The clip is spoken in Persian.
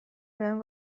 بهم